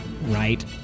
right